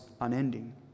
unending